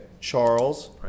Charles